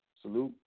salute